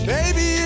Baby